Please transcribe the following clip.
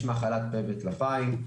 יש מחלת פה וטלפיים,